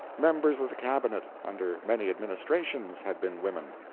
members of the cabinet, under many administrations, had been women.